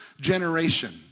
generation